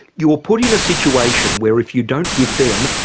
you are put in a situation where if you don't give them,